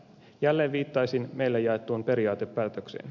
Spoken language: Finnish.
jälleen viittaisin meille jaettuun periaatepäätökseen